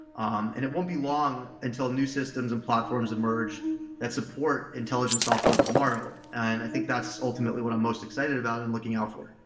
um and it won't be long until new systems and platforms emerge that support intelligence software of tomorrow. and i think that's ultimately what i'm most excited about and looking out for.